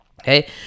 Okay